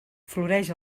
floreix